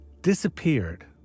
disappeared